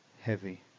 heavy